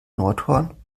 nordhorn